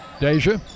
Deja